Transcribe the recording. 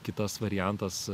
kitas variantas